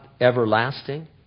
everlasting